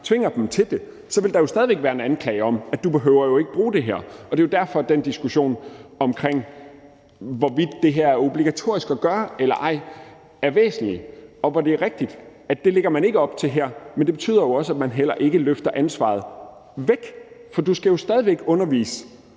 tvinger dem til det, vil der stadig væk være en anklage, der går på, at man ikke behøver at bruge det, og det er derfor, den diskussion omkring, hvorvidt det her er obligatorisk at gøre eller ej, er væsentlig, og det er rigtigt, at det lægger man ikke op til her. Men det betyder jo også, at man heller ikke løfter ansvaret væk, for du skal jo stadig væk vælge